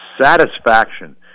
satisfaction